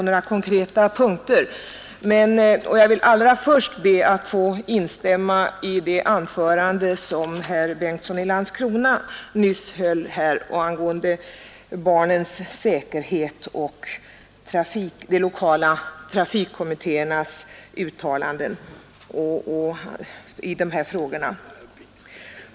Jag ber dock först att få instämma i vad herr Bengtsson i Landskrona nyss sade om barnens säkerhet och de lokala trafikkommittéernas uttalanden i dessa frågor.